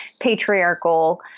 patriarchal